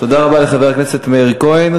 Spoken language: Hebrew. תודה רבה לחבר הכנסת מאיר כהן.